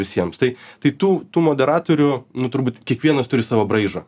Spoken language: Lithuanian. visiems tai tai tų tų moderatorių nu turbūt kiekvienas turi savo braižą